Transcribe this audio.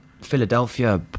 Philadelphia